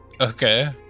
Okay